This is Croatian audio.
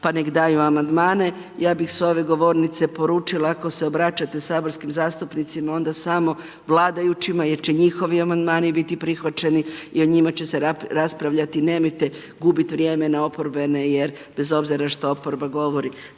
pa neka daju amandmane. Ja bih s ove govornice poručila ako se obraćate saborskim zastupnicima onda samo vladajućima jer će njihovi amandmani biti prihvaćeni i o njima će se raspravljati, nemojte gubiti vrijeme na oporbene jer bez obzira što oporba govori